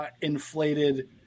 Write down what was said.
inflated